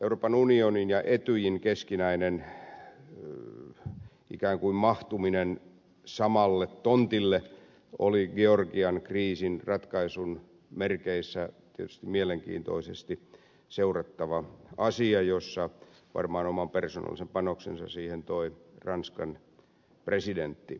euroopan unionin ja etyjin keskinäinen ikään kuin mahtuminen samalle tontille oli georgian kriisin ratkaisun merkeissä tietysti mielenkiintoisesti seurattava asia jossa varmaan oman persoonallisen panoksensa siihen toi ranskan presidentti